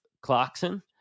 Clarkson